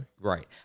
Right